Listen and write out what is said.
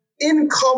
Income